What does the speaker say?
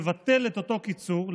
לבטל את אותו קיצור,